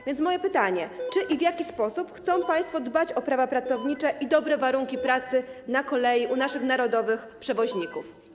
A więc moje pytanie: Czy i w jaki sposób chcą państwo dbać o prawa pracownicze i dobre warunki pracy na kolei u naszych narodowych przewoźników?